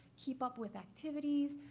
keep up with activities.